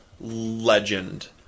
legend